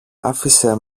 άφησε